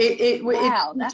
Wow